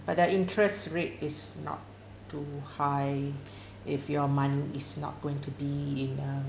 but their interest rate is not too high if your money is not going to be in a